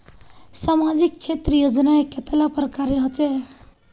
सामाजिक क्षेत्र योजनाएँ कतेला प्रकारेर होचे?